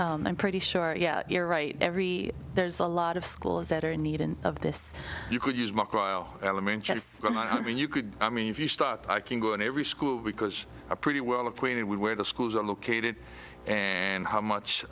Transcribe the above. but i'm pretty sure yeah you're right every there's a lot of schools that are in need and of this you could use my elementary if you could i mean if you start i can go in every school because i pretty well acquainted with where the schools are located and how much